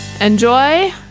enjoy